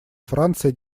франция